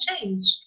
change